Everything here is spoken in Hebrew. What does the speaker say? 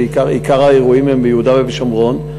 עיקר אירועים הם ביהודה ובשומרון,